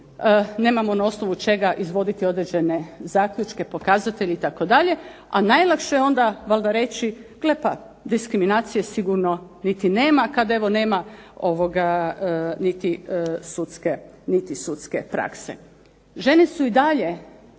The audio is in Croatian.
nemamo na osnovu čega izvoditi određene zaključke, pokazatelje itd., a najlakše je onda valjda reći, gle pa diskriminacije sigurno niti nema, kada nema niti sudske prakse. Žene su i dalje